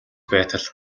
байтал